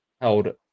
held